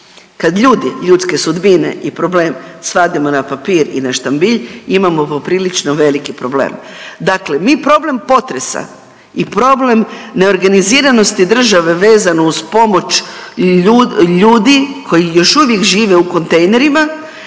Kad ljudi, ljudske sudbine i problem svadimo na papir i na štambilj imamo poprilično veliki problem. Dakle, mi problem potresa i problem neorganiziranosti države vezano uz pomoć ljudi koji još uvijek žive u kontejnerima